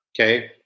Okay